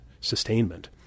sustainment